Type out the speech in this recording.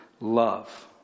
love